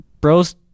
Bros